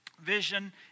vision